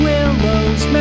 Willow's